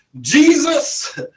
Jesus